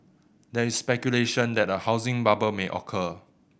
there is speculation that a housing bubble may occur